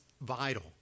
vital